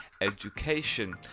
education